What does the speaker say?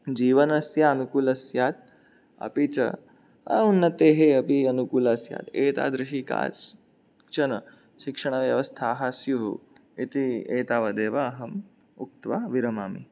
जीवनस्य अनुकूला स्यात् अपि च उन्नतेः अपि अनुकूला स्यात् एतादृशी काश्चन शिक्षणव्यवस्थाः स्युः इति एतावदेव अहम् उक्त्वा विरमामि